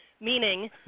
meaning